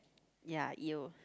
ya you